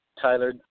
Tyler